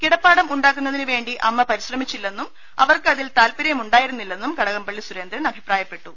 കിടപ്പാടം ഉണ്ടാക്കുന്നതിനു വേണ്ടി അമ്മ പരിശ്രമിച്ചി ല്ലെന്നും അവർക്ക് അതിൽ താൽപര്യമുണ്ടായിരുന്നില്ലെന്നും കട കംപള്ളി സുരേന്ദ്രൻ അഭിപ്രായപ്പെട്ടു